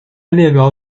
列表